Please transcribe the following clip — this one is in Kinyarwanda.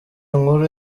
nkuru